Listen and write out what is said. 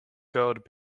gold